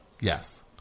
Yes